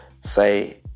say